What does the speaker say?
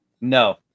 No